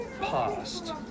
past